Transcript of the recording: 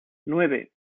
nueve